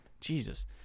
Jesus